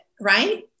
right